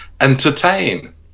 entertain